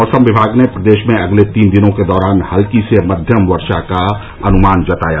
मौसम विभाग ने प्रदेश में अगले तीन दिनों के दौरान हल्की से मध्यम वर्षा का अनुमान जताया